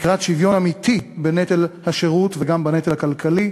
לקראת שוויון אמיתי בנטל השירות וגם בנטל הכלכלי,